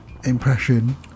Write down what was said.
impression